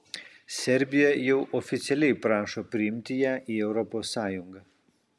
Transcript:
serbija jau oficialiai prašo priimti ją į europos sąjungą